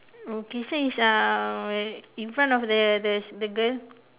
okay so it's uh in front of the the the girl